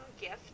Gift